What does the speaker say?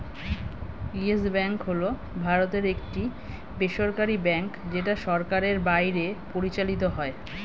yes Bank হল ভারতের একটি বেসরকারী ব্যাঙ্ক যেটা সরকারের বাইরে পরিচালিত হয়